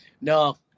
No